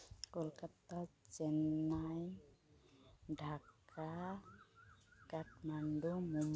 Kolkata Chennai Dhaka Kathmandu Mumbai